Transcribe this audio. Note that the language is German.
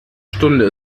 stunde